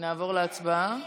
נעבור להצבעה.